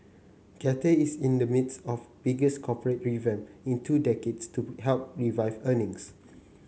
Cathay is in the midst of biggest corporate revamp in two decades to help revive earnings